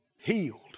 healed